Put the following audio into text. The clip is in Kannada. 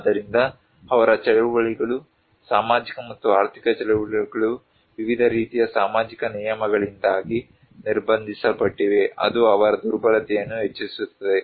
ಆದ್ದರಿಂದ ಅವರ ಚಳುವಳಿಗಳು ಸಾಮಾಜಿಕ ಮತ್ತು ಆರ್ಥಿಕ ಚಳುವಳಿಗಳು ವಿವಿಧ ರೀತಿಯ ಸಾಮಾಜಿಕ ನಿಯಮಗಳಿಂದಾಗಿ ನಿರ್ಬಂಧಿಸಲ್ಪಟ್ಟಿವೆ ಅದು ಅವರ ದುರ್ಬಲತೆಯನ್ನು ಹೆಚ್ಚಿಸುತ್ತದೆ